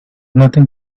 nothing